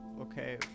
Okay